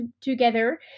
together